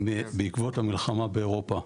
בעקבות המלחמה באירופה,